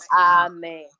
Amen